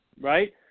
right